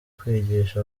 kwigisha